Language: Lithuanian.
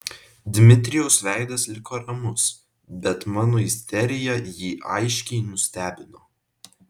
dmitrijaus veidas liko ramus bet mano isterija jį aiškiai nustebino